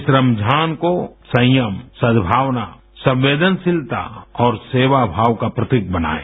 इस रमजान को संयम सदभावना संवेदनशीलता और सेवा भाव का प्रतीक बनाएं